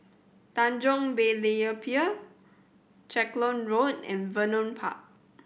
Tanjong Berlayer Pier Clacton Road and Vernon Park